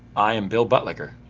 i am bill buttlicker.